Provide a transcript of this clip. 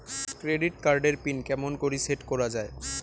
Credit card এর PIN কেমন করি সেট করা য়ায়?